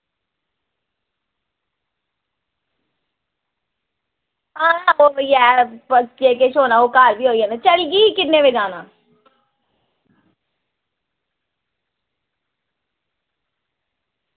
आं ओह्बी ऐ ठीक बी किन्ना अगर घर गै होऐ ते जे होना घर बी होई जाना ते चलो किन्ने बजे चलचै